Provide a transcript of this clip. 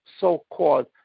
so-called